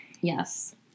yes